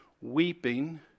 weeping